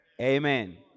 Amen